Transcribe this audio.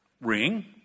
ring